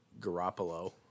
Garoppolo